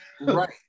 Right